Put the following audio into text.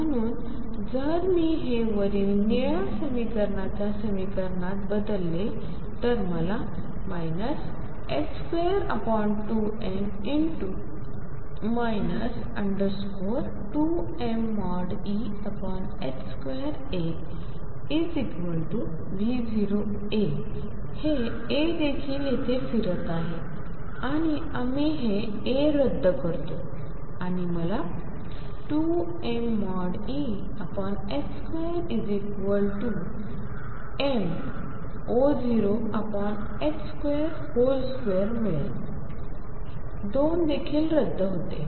म्हणून जर मी हे वरील निळ्या समीकरणाच्या समीकरणात बदलले तर मला 22m 2mE2AV0A हे A देखील येथे फिरत आहे आणि आम्ही हे a रद्द करतो आणि मला 2mE2mV022मिळेल 2 देखील रद्द होते